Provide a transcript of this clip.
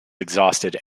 exhausted